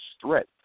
threat